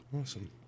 awesome